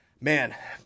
Man